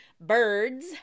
birds